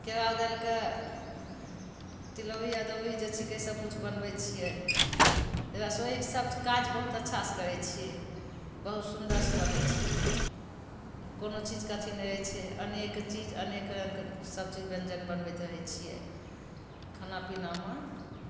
केराउ दालिके तिलौरी अदौरी जे छिकै सब बनबै छियै रसोइके सब काज बहुत अच्छा सऽ करै छियै बहुत सुन्दर सऽ बनै छै कोनो चीजके अथी नहि छै अनेक चीज अनेक रङ्गके सब चीज ब्यञ्जन बनबैत रहै छियै खाना पीनामे